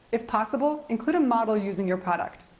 if possible, include a model using your product.